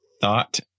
thought